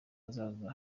hazaza